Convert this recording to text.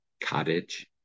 cottage